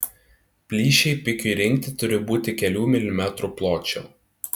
plyšiai pikiui rinkti turi būti kelių milimetrų pločio